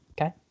Okay